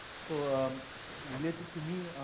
so um related to me,